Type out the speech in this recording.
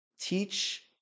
Teach